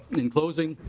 in closing